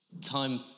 time